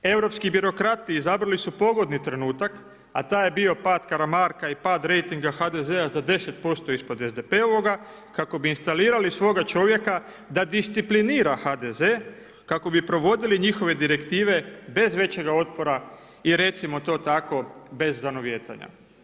Europski birokrati izabrali su pogodni trenutak a taj je bio pad Karamarka i pad rejtinga HDZ-a za 10% ispod SDP-ovoga kako bi instalirali svoga čovjeka da disciplinira HDZ kako bi provodili njihove direktive bez većega otpora i recimo to tako bez zanovijetanja.